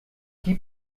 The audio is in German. die